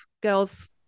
girls